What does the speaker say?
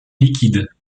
liquides